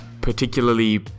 particularly